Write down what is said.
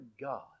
God